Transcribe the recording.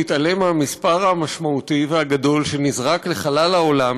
להתעלם מהמספר המשמעותי והגדול שנזרק לחלל העולם,